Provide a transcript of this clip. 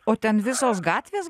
o ten visos gatvės